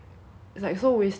it's like so wasted lor